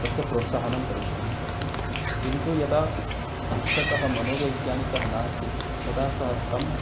तस्य प्रोत्साहनं करिष्यति किन्तु यदा शिक्षकः मनोवैज्ञानिकः नास्ति तदा सः तम्